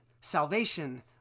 salvation